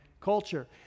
culture